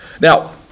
Now